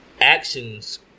Actions